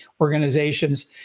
organizations